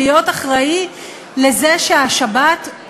להיות אחראי לזה שהשבת,